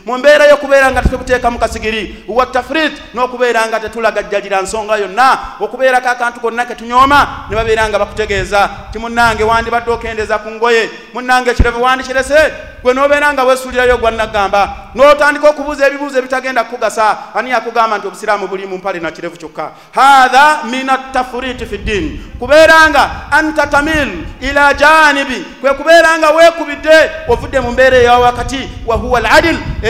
Mu mbeera yokubeeranga tetukuteekamu kasigiri, wa tafrit, nokubeeranga tetulagajjalira nsonga yonna. Okubeerako akantu konna ketunyooma, ne babeeranga bakutegeeza, nti munnange wandibadde okendeeza ku ngoye, munnange kirevu wandikirese. Gwe n'obeera nga weesuulirayo gwa nnagamba, n'otandika okubuuza ebibuuzo ebitagenda kukugasa, ani akugamba nti obusiraamu buli mu mpale na kirevu kyokka? Haadha mina tafrit fid-din. Kubeeranga antatamil ila janibi. Kwe kubeeranga wekubidde ovudde mu mbeera eya wakati wa huwa al-adil.